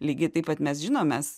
lygiai taip pat mes žinom mes